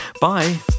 Bye